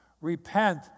Repent